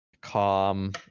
calm